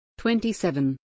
27